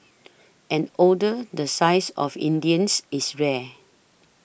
an order the size of India's is rare